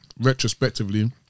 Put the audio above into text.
retrospectively